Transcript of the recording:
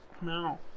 No